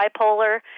bipolar